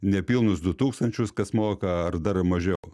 nepilnus du tūkstančius kas moka ar dar mažiau